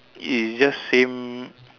it is just same